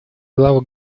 главы